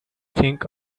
think